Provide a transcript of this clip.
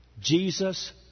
Jesus